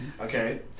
okay